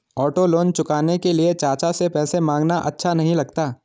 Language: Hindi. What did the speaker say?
ऑटो लोन चुकाने के लिए चाचा से पैसे मांगना अच्छा नही लगता